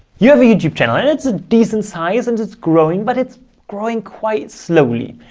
you have a youtube channel and it's a decent size and it's growing, but it's growing quite slowly.